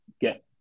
get